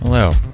Hello